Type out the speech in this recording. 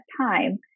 time